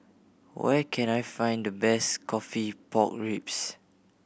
where can I find the best coffee pork ribs